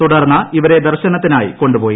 തുടർന്ന് ഇവരെ ദർശനത്തിനായി കൊണ്ടുപോയി